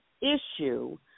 issue